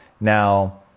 now